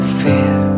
fear